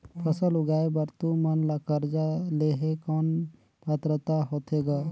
फसल उगाय बर तू मन ला कर्जा लेहे कौन पात्रता होथे ग?